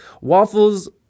waffles